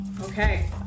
Okay